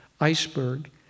iceberg